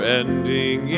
ending